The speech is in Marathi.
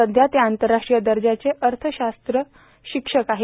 सद्या ते आंतरराष्ट्रीय दर्जाचे अर्थशास्त्र शिक्षक आहेत